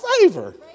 favor